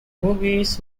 movies